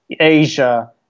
asia